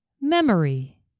memory